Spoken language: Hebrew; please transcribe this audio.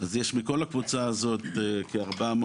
אז יש בכל הקבוצה הזאת כ-400